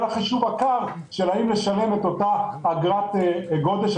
החישוב הקר האם לשלם את אותה אגרת גודש,